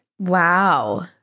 Wow